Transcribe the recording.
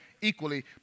equally